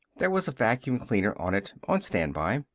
there was a vacuum cleaner on it, on standby.